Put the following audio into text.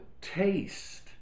taste